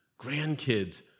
grandkids